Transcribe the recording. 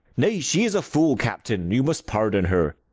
nay, she is a fool, captain, you must pardon her.